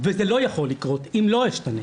וזה לא יכול לקרות אם לא אשתנה.